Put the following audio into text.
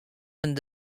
men